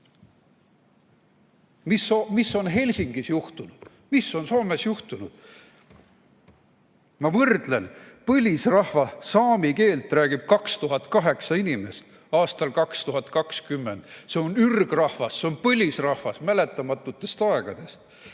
Mis on Helsingis juhtunud, mis on Soomes juhtunud? Ma võrdlen: põlisrahva, saami keelt rääkis 2008 inimest aastal 2020. See on ürgrahvas, see on põlisrahvas mäletamatutest aegadest.